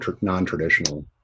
non-traditional